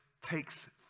takes